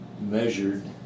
measured